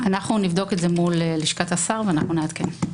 נבדוק מול לשכת השר ונעדכן.